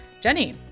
jenny